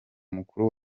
mukuru